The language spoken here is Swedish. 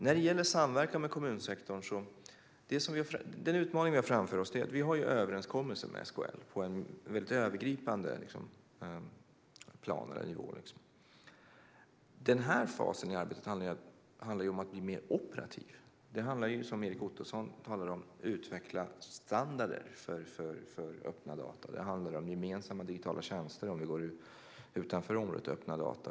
Den utmaning vi har framför oss när det gäller samverkan med kommunsektorn är att vi har överenskommelser med SKL på ett övergripande plan, medan den här fasen i arbetet måste bli mer operativ. Som Erik Ottoson säger handlar det om att utveckla standarder för öppna data. Det handlar om gemensamma digitala tjänster, om vi går utanför området öppna data.